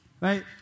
Right